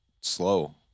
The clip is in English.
slow